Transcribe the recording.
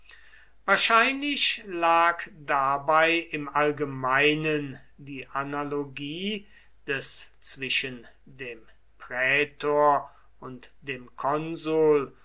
wahrscheinlich lag dabei im allgemeinen die analogie des zwischen dem prätor und dem konsul